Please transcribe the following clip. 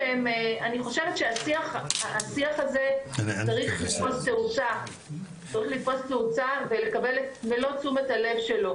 שאני חושבת שהשיח הזה צריך לתפוס תאוצה ולקבל את מלוא תשומת הלב שלו,